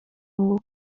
uwo